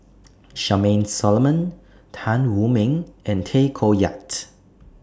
Charmaine Solomon Tan Wu Meng and Tay Koh Yat